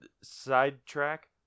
Sidetrack